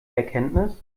erkenntnis